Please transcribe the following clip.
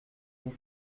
vous